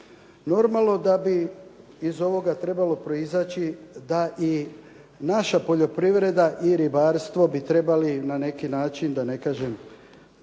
Normalno da bi iz ovoga trebalo proizaći da i naša poljoprivreda i ribarstvo bi trebali na neki način da ne kažem